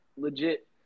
legit